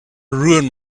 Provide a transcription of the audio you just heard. ruin